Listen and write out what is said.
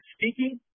speaking